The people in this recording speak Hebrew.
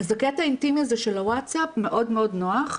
אז הקטע האינטימי הזה של וואטסאפ מאוד נוח.